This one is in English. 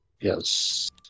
yes